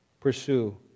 pursue